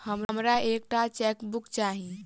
हमरा एक टा चेकबुक चाहि